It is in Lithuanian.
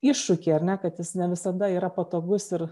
iššūkį ar ne kad jis ne visada yra patogus ir